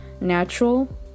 natural